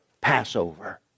Passover